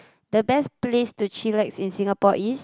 the best place to chillax in Singapore is